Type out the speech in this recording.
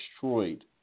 destroyed